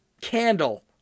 candle